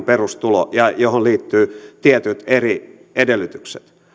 perustulo ja johon liittyvät tietyt eri edellytykset